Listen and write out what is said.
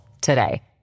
today